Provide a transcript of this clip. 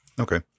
Okay